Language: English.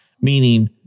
meaning